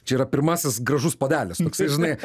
čia yra pirmasis gražus puodelis toksai žinai